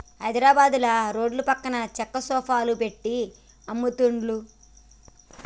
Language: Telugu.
హైద్రాబాదుల రోడ్ల పక్కన చెక్క సోఫాలు పెట్టి అమ్ముతున్లు